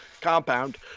Compound